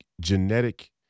genetic